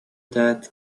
that